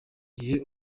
gihe